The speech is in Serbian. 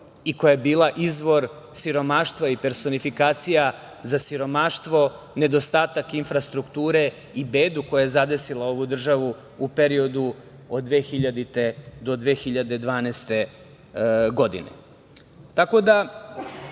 i koja je bila izvor siromaštva i personifikacija za siromaštvo, nedostatak infrastrukture i bedu koja je zadesila ovu državu u periodu od 2000.-2012. godine. Tako